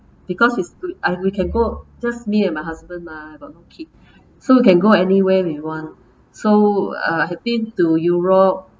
because he's too I we can go just me and my husband mah got no kid so we can go anywhere we want so uh have been to europe